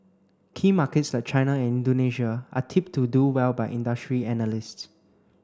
key markets like China and Indonesia are tipped to do well by industry analysts